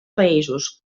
països